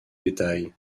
détail